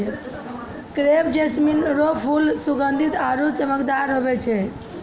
crepe jasmine रो फूल सुगंधीत आरु चमकदार होय छै